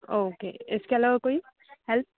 okay इसके अलावा कोई हैल्प